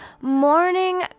morning